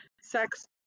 sex